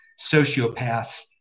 sociopaths